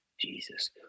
Jesus